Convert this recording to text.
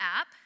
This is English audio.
app